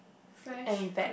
fresh fruit